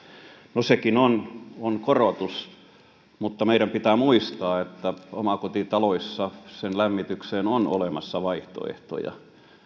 no sekin on on korotus mutta meidän pitää muistaa että omakotitaloissa siihen lämmitykseen on olemassa vaihtoehtoja